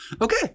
Okay